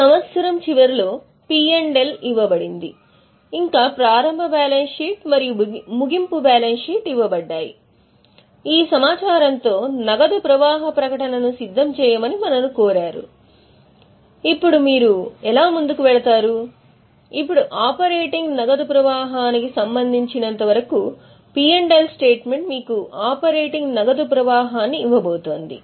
సంవత్సరం చివరలో P L statement మీకు ఆపరేటింగ్ నగదు ప్రవాహాన్ని ఇవ్వబోతోంది